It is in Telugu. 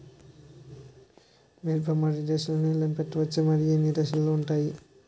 మిరప మొదటి దశలో నీళ్ళని పెట్టవచ్చా? మరియు ఎన్ని దశలు ఉంటాయి?